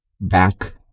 back